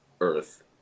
Earth